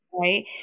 right